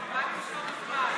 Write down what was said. חבל למשוך זמן.